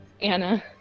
Anna